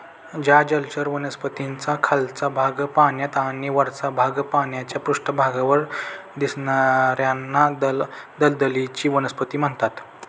ज्या जलचर वनस्पतींचा खालचा भाग पाण्यात आणि वरचा भाग पाण्याच्या पृष्ठभागावर दिसणार्याना दलदलीची वनस्पती म्हणतात